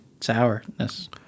sourness